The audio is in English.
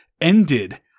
ended